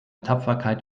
tapferkeit